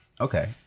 okay